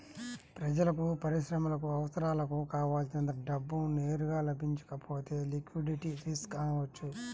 ప్రజలకు, పరిశ్రమలకు అవసరాలకు కావల్సినంత డబ్బు నేరుగా లభించకపోతే లిక్విడిటీ రిస్క్ అనవచ్చు